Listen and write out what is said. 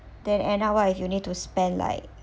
then end up what if you need to spend like